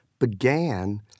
began